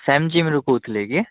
ଶ୍ୟାମ ଜିମ୍ରୁ କହୁଥିଲେ କି